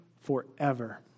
forever